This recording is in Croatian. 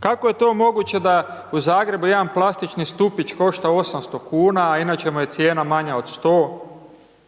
Kako je to moguće da u Zagrebu jedan plastični stupić košta 800 kuna a inače mu je cijena manja od 100?